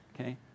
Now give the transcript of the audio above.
okay